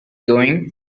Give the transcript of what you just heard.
going